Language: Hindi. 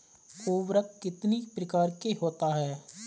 उर्वरक कितनी प्रकार के होता हैं?